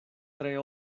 tre